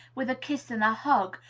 with a kiss and a hug,